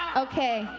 okay.